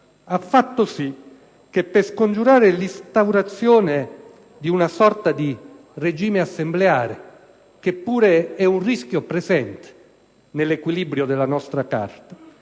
ha fatto sì che, per scongiurare l'instaurazione di una sorta di regime assembleare, che pure è un rischio presente nell'equilibrio dei poteri della